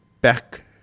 back